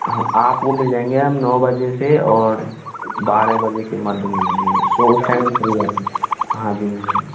हाँ आप को मिल जाएंगे हम नौ बजे से और बारह बजे के मध्य मिलेंगे क्यों उस टाइम हम फ्री रहते हैं हाँ जी मिल जाएंगे